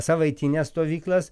savaitines stovyklas